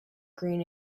green